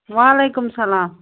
وعلیکُم السلام